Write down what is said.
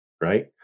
right